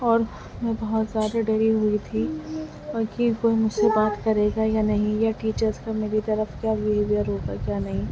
اور میں بہت زیادہ ڈری ہوئی تھی کہ کوئی مجھ سے بات کرے گا یا نہیں یا ٹیچرس کا میری طرف کیا بیہیویر ہوگا کیا نہیں